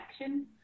action